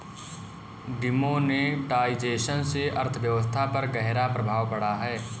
demonetisation से अर्थव्यवस्था पर ग़हरा प्रभाव पड़ा